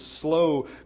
slow